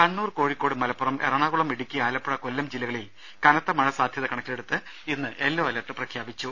കണ്ണൂർ കോഴിക്കോട് മലപ്പുറം എറണാകുളം ഇടുക്കി ആലപ്പുഴ കൊല്ലം ജില്ലകളിൽ കനത്ത മഴ സാധ്യത കണക്കിലെടുത്ത് ഇന്ന് യെല്ലോ അലർട്ട് പ്രഖ്യാപിച്ചു